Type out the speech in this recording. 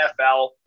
NFL